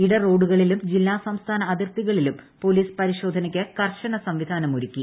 ഇടറോഡുകളിലും ജില്ലാ സംസ്ഥാന അതിർത്തികളിലും പോലീസ് പരിശോധനക്ക് കർശന സംവിധാനം ഒരുക്കി